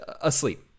asleep